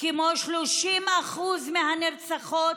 כמו 30% מהנרצחות,